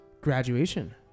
graduation